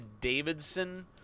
Davidson